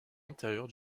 antérieur